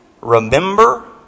remember